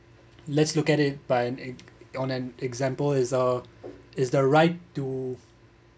let's look at it by on an example is uh is the right to